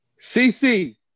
cc